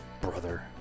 brother